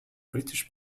british